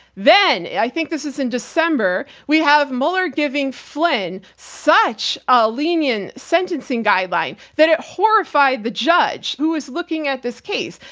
then, i think this is in december, we have mueller giving flynn such a lenient sentencing guideline that it horrified the judge who is looking at this case,